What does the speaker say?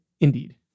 Indeed